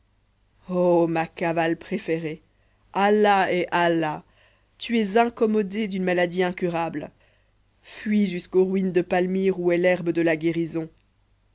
ô ma cavale préférée allah est allah tu es incommodée d'une maladie incurable fuis jusqu'aux ruines de palmyre où est l'herbe de la guérison